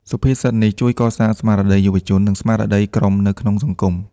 សុភាសិតនេះជួយកសាងស្មារតីយុទ្ធជន និងស្មារតីក្រុមនៅក្នុងសង្គម។